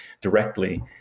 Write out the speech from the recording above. directly